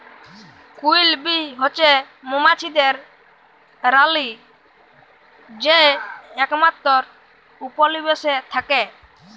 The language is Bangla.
কুইল বী হছে মোমাছিদের রালী যে একমাত্তর উপলিবেশে থ্যাকে